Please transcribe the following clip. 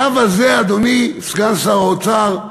הקו הזה, אדוני סגן שר האוצר,